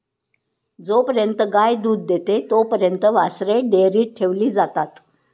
जोपर्यंत गाय दूध देते तोपर्यंत वासरे डेअरीत ठेवली जातात